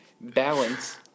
balance